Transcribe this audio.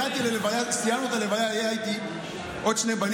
כי ראיתי שזה בוער בו.